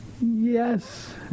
Yes